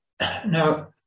Now